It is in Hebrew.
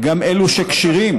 וגם אלו שכשירים